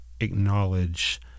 acknowledge